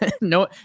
No